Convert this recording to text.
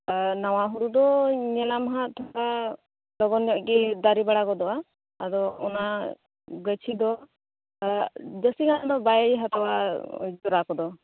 ᱱᱟᱣᱟ ᱦᱩᱲᱩ ᱫᱚ ᱧᱮᱞᱟᱢ ᱦᱟᱸᱜ ᱛᱷᱚᱲᱟ ᱞᱚᱜᱚᱱ ᱧᱚᱜ ᱜᱮ ᱫᱟᱨᱮ ᱵᱟᱲᱟ ᱜᱚᱫᱚᱜᱼᱟ ᱟᱫᱚ ᱚᱱᱟ ᱜᱟᱪᱷᱤ ᱫᱚ ᱵᱮᱥᱤ ᱜᱟᱱ ᱫᱚ ᱵᱟᱭ ᱦᱟᱛᱟᱣᱟ ᱡᱚᱨᱟ ᱠᱚᱫᱚ